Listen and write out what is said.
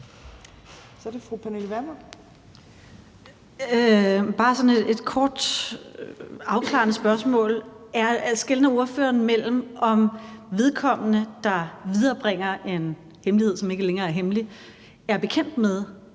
Vermund (NB): Det er bare sådan et kort, afklarende spørgsmål. Skelner ordfører mellem, om vedkommende, der viderebringer en hemmelighed, som ikke længere er hemmelig, er bekendt med,